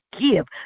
give